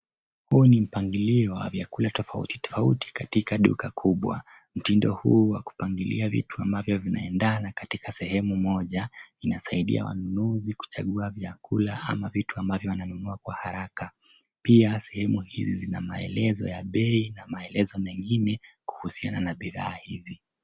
Huu ni mpangilio wa vyakula tofauti tofauti katika duka kubwa. Mtindo huu wa kupangilia vitu vinavyoendana katika sehemu moja inasaidia wanunuzi kuchagua vyakula ama vitu ambavyo ananunua kwa haraka. Pia sehemu hizi zinamaelezo ya bei na maelezo mengine kuhusiana na bidhaa hizi.